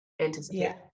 anticipate